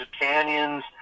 canyons